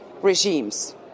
regimes